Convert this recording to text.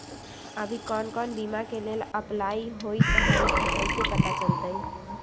अभी कौन कौन बीमा के लेल अपलाइ होईत हई ई कईसे पता चलतई?